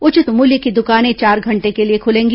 उचित मूल्य की दुकाने चार घंटे के लिए खुर्लेगी